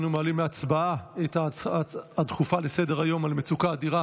אנחנו מעלים להצבעה את ההצעה הדחופה לסדר-היום על מצוקה אדירה